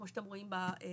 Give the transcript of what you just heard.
כמו שאתם רואים בשקף.